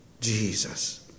Jesus